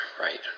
right